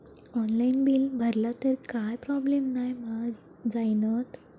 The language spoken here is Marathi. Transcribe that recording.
ऑनलाइन बिल भरला तर काय प्रोब्लेम नाय मा जाईनत?